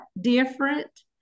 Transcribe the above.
different